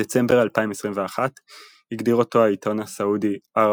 בדצמבר 2021 הגדיר אותו העיתון הסעודי Arab